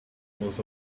most